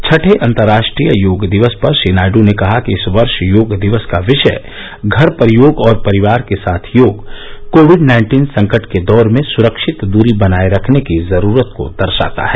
छठे अंतर्राष्ट्रीय योग दिवस पर श्री नायडू ने कहा कि इस वर्ष योग दिवस का विषय घर पर योग और परिवार के साथ योग कोविड नाइन्टीन संकट के दौर में सुरक्षित दूरी बनाये रखने की जरूरत को दर्शाता है